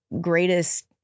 greatest